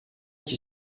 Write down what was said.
qui